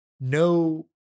no